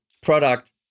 product